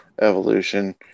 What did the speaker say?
Evolution